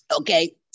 okay